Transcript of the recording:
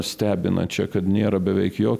stebina čia kad nėra beveik jokio